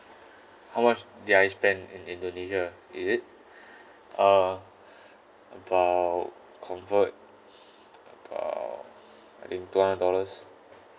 how much did I spend in indonesia is it uh about convert about I think two hundred dollars